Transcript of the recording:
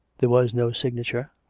there was no signature,